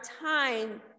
time